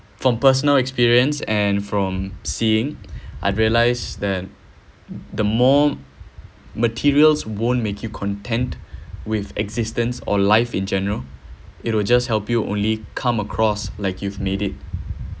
from personal experience and from seeing I realized that the more materials won't make you content with existence or life in general it will just help you only come across like you've made it